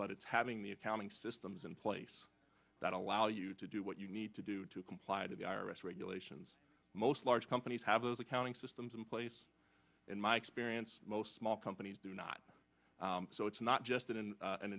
but it's having the accounting systems in place that allow you to do what you need to do to comply with the i r s regulations most large companies have those accounting systems in place in my experience most small companies do not so it's not just in